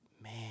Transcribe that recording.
man